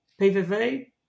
PVV